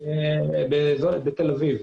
בתל אביב.